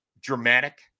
dramatic